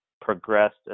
progressed